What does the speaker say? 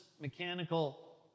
mechanical